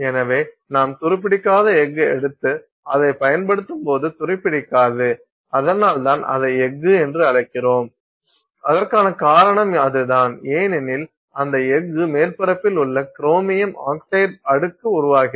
எனவே நாம் துருப்பிடிக்காத எஃகு எடுத்து அதைப் பயன்படுத்தும்போது துருப்பிடிக்காது அதனால்தான் அதை எஃகு என்று அழைக்கிறோம் அதற்கான காரணம் அதுதான் ஏனெனில் அந்த எஃகு மேற்பரப்பில் ஒரு குரோமியம் ஆக்சைடு அடுக்கு உருவாகிறது